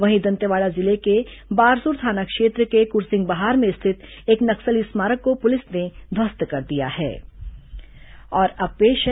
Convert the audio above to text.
वहीं दंतेवाड़ा जिले के बारसुर थाना क्षेत्र के कुरसिंगबहार में स्थित एक नक्सली स्मारक को पुलिस ने ध्वस्त कर दिया है